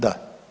Da.